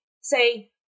say